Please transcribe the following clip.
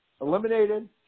eliminated